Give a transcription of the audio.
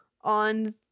on